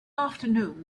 afternoon